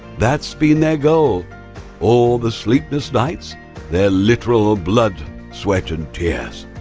that's been a goal all the sleepless nights their literal ah blood sweat and tears,